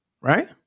right